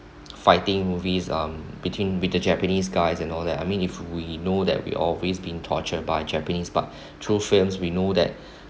fighting movies um between with the japanese guys and all that I mean if we know that we always been tortured by japanese but through films we know that